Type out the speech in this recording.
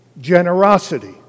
generosity